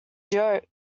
joke